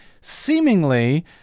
seemingly